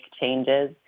changes